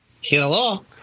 Hello